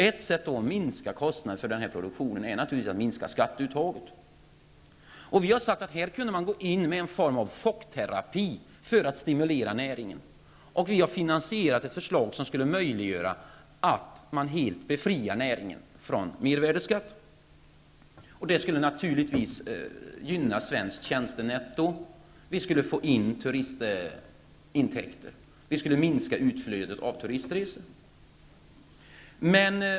Ett sätt att minska kostnaderna för den här produktionen är naturligtvis att minska skatteuttaget. I det här läget skulle man kunna gå in med en form av chockterapi i syfte att stimulera näringen. Vi har visat hur man kan finansiera förslaget som skulle möjliggöra att näringen helt befrias från mervärdesskatt, vilket skulle gynna svenskt tjänstenetto. Vi skulle också få in turistintäkter och minska utflödet av turistresor.